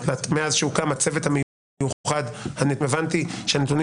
מאז שהוקם הצוות המיוחד הבנתי שהנתונים